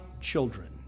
children